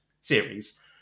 series